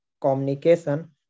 communication